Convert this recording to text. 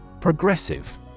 Progressive